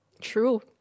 True